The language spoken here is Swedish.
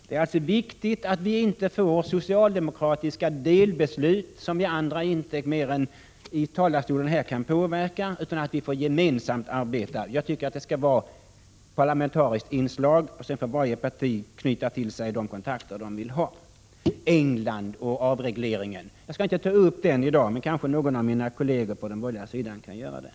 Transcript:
Det är alltså viktigt att vi inte får socialdemokratiska delbeslut, som vi andra inte kan påverka mer än från talarstolen här i riksdagen. Vi bör arbeta gemensamt. Det bör bli ett parlamentariskt inslag. Sedan får varje parti knyta till sig önskade kontakter. England och avregleringen. Jag skall inte ta upp detta i dag. Kanske kan någon av mina borgerliga kolleger göra det.